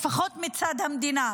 לפחות מצד המדינה,